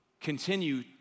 continue